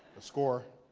score.